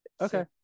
okay